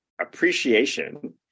appreciation